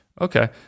Okay